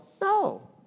No